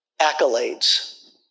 accolades